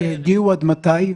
שיגיעו עד מתי?